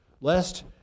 lest